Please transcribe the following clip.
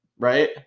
right